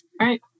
right